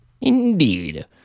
indeed